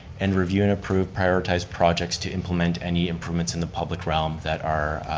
and review and approve prioritized projects to implement any improvements in the public realm that are